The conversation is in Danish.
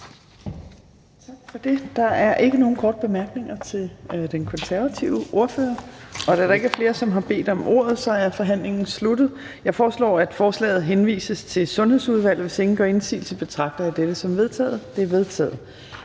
Tak for det. Der er ikke nogen korte bemærkninger til den konservative ordfører. Da der ikke er flere, som har bedt om ordet, er forhandlingen sluttet. Jeg foreslår, at forslaget henvises til Sundhedsudvalget. Hvis ingen gør indsigelse, betragter jeg dette som vedtaget. Det er vedtaget.